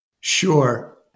Sure